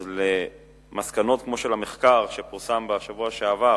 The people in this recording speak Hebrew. אז למסקנות כמו של המחקר שפורסם בשבוע שעבר